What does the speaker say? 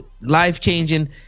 life-changing